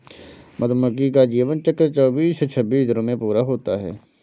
मधुमक्खी का जीवन चक्र चौबीस से छब्बीस दिनों में पूरा होता है